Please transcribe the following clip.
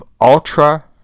ultra